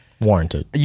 warranted